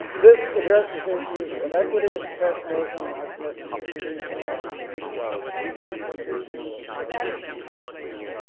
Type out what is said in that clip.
this addresses issues of equity and professionalism and our commitment to teaching and obviously the contributions of these wonderful people to our institution.